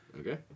Okay